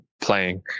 playing